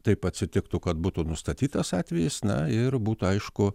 taip atsitiktų kad būtų nustatytas atvejis na ir būtų aišku